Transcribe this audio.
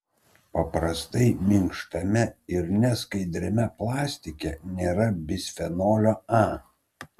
paprastai minkštame ir neskaidriame plastike nėra bisfenolio a